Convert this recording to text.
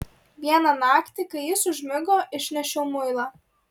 vieną naktį kai jis užmigo išnešiau muilą